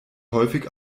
häufig